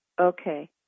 Okay